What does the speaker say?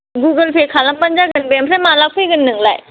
Google Pay खालामबानो जागोन दे ओमफ्राय माला फैगोन नोंलाय